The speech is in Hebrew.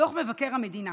בדוח מבקר המדינה